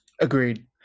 Agreed